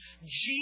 Jesus